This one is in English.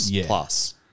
Plus